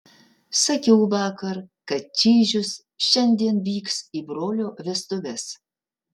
sakiau vakar kad čyžius šiandien vyks į brolio vestuves